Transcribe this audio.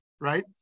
Right